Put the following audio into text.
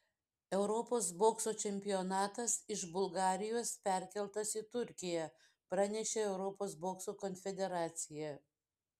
europos bokso čempionatas iš bulgarijos perkeltas į turkiją pranešė europos bokso konfederacija